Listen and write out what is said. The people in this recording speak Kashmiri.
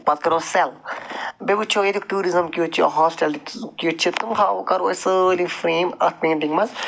پَتہٕ کَرو سیل بیٚیہِ وُچھو ییٚتیُک ٹیٛوٗرِزٕم کٮُ۪تھ چھُ ہاسٹلَٕز کٮُ۪تھ چھِ تِم ہاوو کَرو أسۍ سٲری فرٛیم اَتھ پینٹِنٛگ منٛز